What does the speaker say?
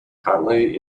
currently